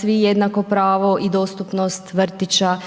svi jednako pravo i dostupnost vrtića,